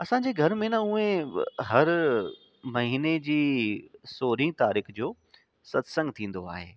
असांजे घर में न उहे हर महीने जी सोरहीं तारीख़ जो सत्संग थींदो आहे